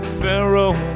pharaoh